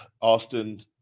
Austin